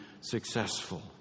successful